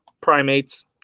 primates